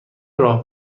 راه